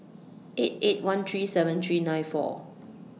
eight eight one three seven three nine four